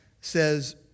says